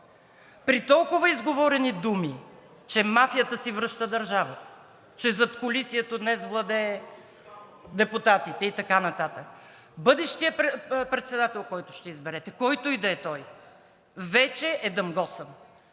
При толкова изговорени думи, че мафията си връща държавата, че задкулисието днес владее депутатите и така нататък, бъдещият председател, който ще изберете, който и да е той, вече е дамгосан